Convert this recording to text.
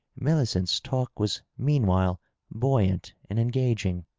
miaicent's talk was meanwhile buoyant and engaging.